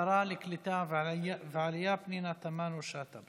שרת העלייה והקליטה פנינה תמנו שטה.